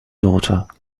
daughter